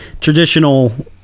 traditional